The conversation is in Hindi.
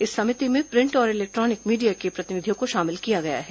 इस समिति में प्रिंट और इलेक्ट्रॉनिक मीडिया के प्रतिनिधियों को शामिल किया गया है